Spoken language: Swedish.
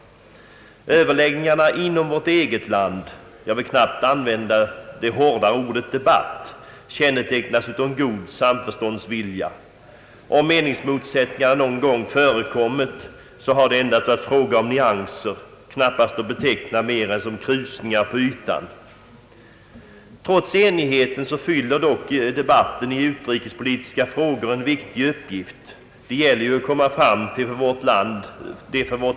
Överläggningarna inom vårt eget land — jag vill knappast använda det hårda ordet debatt — kännetecknas av en god samförståndsvilja. Om meningsmotsätt ningar någon gång förekommit har det endast varit fråga om nyanser, knappast att beteckna som mera än krusningar på ytan. Trots enigheten fyller debatten i utrikespolitiska frågor en viktig uppgift. Det gäller att komma fram till de för vårt land bästa besluten.